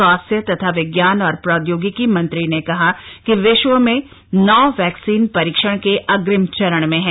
स्वास्थ्य तथा विज्ञान और प्रौदयोगिकी मंत्री ने कहा कि विश्व में नौ वैक्सीन परीक्षण के अग्रिम चरण में हैं